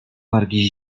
wargi